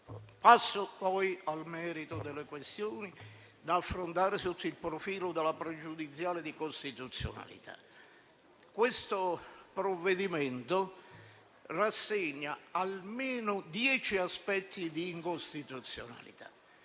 Passo poi al merito delle questioni da affrontare sotto il profilo della pregiudiziale di costituzionalità. Questo provvedimento rassegna almeno dieci aspetti di incostituzionalità.